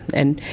and